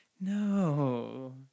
no